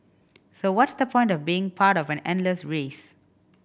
so what's the point of being part of an endless race